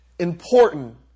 Important